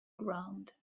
ground